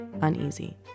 uneasy